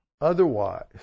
otherwise